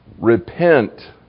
Repent